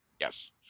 yes